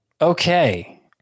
Okay